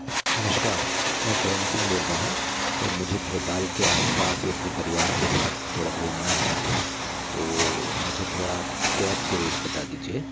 नमस्कार मैं प्रेम सिंग बोल रहा हूँ और मुझे भोपाल के आस पास ही अपने परिवार के साथ थोड़ा घूमना है तो मुझे थोड़ा आप कैब के रेट बता दीजिए